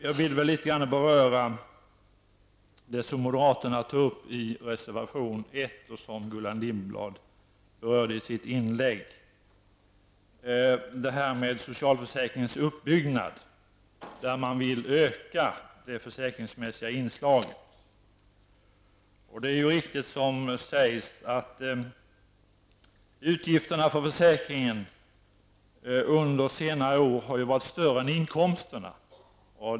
Jag vill något beröra det som moderaterna tar upp i reservation 1 och som Gullan Lindblad berörde i sitt inlägg, nämligen socialförsäkringens uppbyggnad. Man vill öka det försäkringsmässiga inslaget. Det är riktigt som sägs att utgifterna för försäkringen under senare år har varit större än inkomsterna.